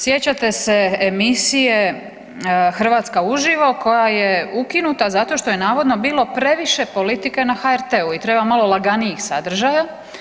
Sjećate se emisije „Hrvatska uživo“ koja je ukinuta zato što je navodno bilo previše politike na HRT-u i treba malo laganijih sadržaja.